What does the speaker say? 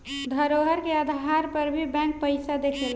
धरोहर के आधार पर भी बैंक पइसा देवेला